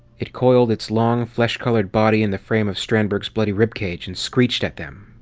it coiled its long, flesh-colored body in the frame of strandberg's bloody rib cage and screeched at them.